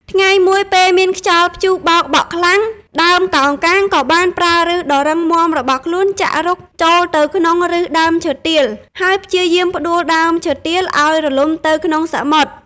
ថ្ងៃមួយ ពេលមានខ្យល់ព្យុះបោកបក់ខ្លាំង ដើមកោងកាងក៏បានប្រើប្ញសដ៏រឹងមាំរបស់ខ្លួនចាក់រុកចូលទៅក្នុងប្ញសដើមឈើទាល ហើយព្យាយាមផ្តួលដើមឈើទាលឲ្យរលំទៅក្នុងសមុទ្រ។